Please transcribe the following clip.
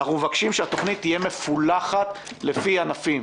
אנחנו מבקשים שהתוכנית תהיה מפולחת לפי ענפים.